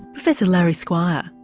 professor larry squire.